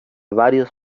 varios